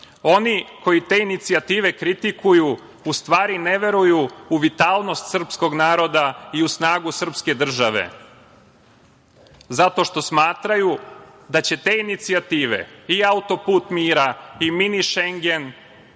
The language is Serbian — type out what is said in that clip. koji te inicijative kritikuju, u stvari ne veruju u vitalnost srpskog naroda i u snagu srpske države, zato što smatraju da će te inicijative, i Auto-put mira i Mini Šengen